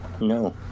No